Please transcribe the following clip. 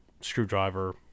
screwdriver